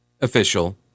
official